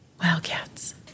Wildcats